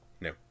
No